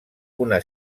una